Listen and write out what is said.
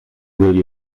will